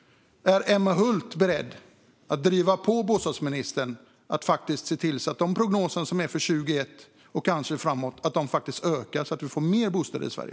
Är Emma Hult beredd att driva på bostadsministern så att prognoserna för 2021 och kanske framåt visar ett ökat byggande så att vi kan få fler bostäder i Sverige?